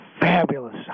fabulous